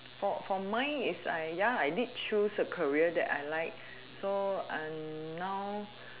for for mine is I ya I did choose a career that I like so I'm now